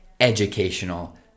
educational